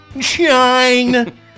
Shine